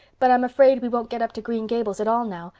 but i'm afraid we won't get up to green gables at all now,